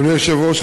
אדוני היושב-ראש,